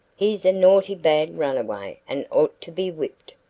he's a naughty bad runaway and ought to be whipped,